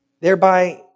Thereby